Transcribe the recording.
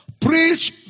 preach